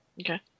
Okay